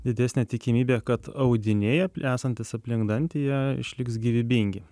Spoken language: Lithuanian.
didesnė tikimybė kad audiniai ap esantys aplink dantį jie išliks gyvybingi